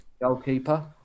Goalkeeper